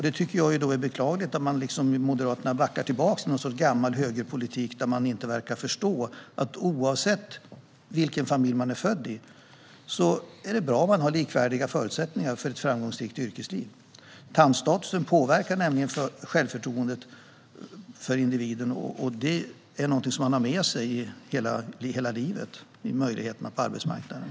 Det är beklagligt att Moderaterna backar tillbaka till något slags gammal högerpolitik, där de inte verkar förstå att det, oavsett vilken familj man är född i, är bra med likvärdiga förutsättningar för ett framgångsrikt yrkesliv. Tandstatusen påverkar nämligen självförtroendet för individen, och det är någonting som man har med sig hela livet och när det gäller möjligheterna på arbetsmarknaden.